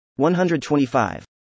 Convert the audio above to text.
125